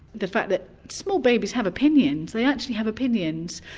the fact that small babies have opinions, they actually have opinions.